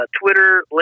twitter